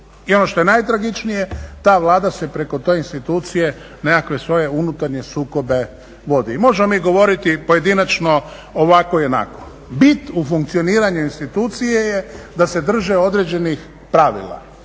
I ono što je najtragičnije, ta Vlada se preko te institucije nekakve svoje unutarnje sukobe vodi. I možemo mi govoriti pojedinačno ovako i onako, bit u funkcioniranju institucije je da se drže određenih pravila